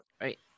Right